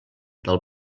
del